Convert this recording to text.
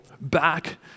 back